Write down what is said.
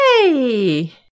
Yay